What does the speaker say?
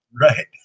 Right